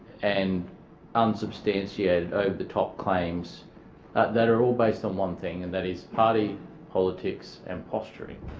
and unsubstantiated, over the top claims that are all based on one thing and that is party politics and posturing.